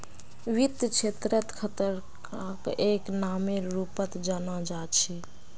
वित्त क्षेत्रत खतराक एक नामेर रूपत जाना जा छे